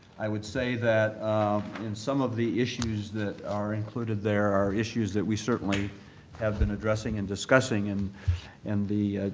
i would say that in some of the issues that are included there, are issues that we certainly have been addressing and discussing. and and the